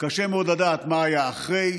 קשה מאוד לדעת מה היה אחרי,